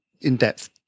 in-depth